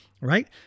right